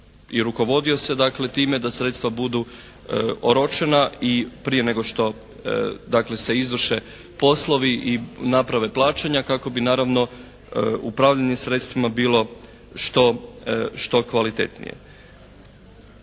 rukovodio se dakle time da sredstva budu oročena i prije nego što dakle se izvrše poslovi i naprave plaćanja kako bi naravno upravljanje sredstvima bilo što kvalitetnije.